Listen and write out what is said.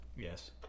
yes